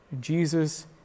Jesus